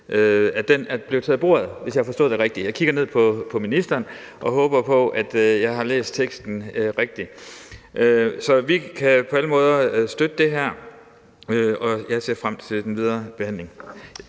at den del er taget af bordet, hvis jeg har forstået det rigtigt, og jeg kigger ned på ministeren og håber på, at jeg har læst teksten rigtigt. Så vi kan på alle måder støtte det her, og jeg ser frem til den videre behandling.